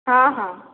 ହଁ ହଁ